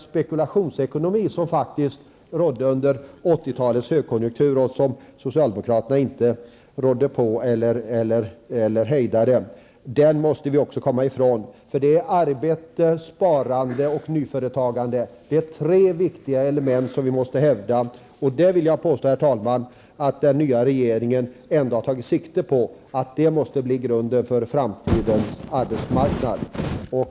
Spekulationsekonomin under 80-talets högkonjunktur som socialdemokraterna inte rådde på eller hejdade måste vi också komma ifrån. Vi måste hävda följande tre viktiga element -- arbete, sparande och nyföretagande. Jag vill påstå, herr talman, att den nya regeringen har tagit sikte på att detta måste vara grunden för framtidens arbetsmarknad.